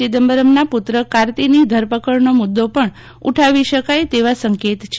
ચિદમ્બરમના પુત્ર કાર્તિની ધરપકડનો મુદ્દો પણ ઉઠાવી શકાય તેવા સંકેત છે